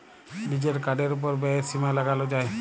লিজের কার্ডের ওপর ব্যয়ের সীমা লাগাল যায়